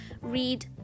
Read